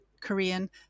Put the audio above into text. Korean